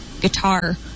guitar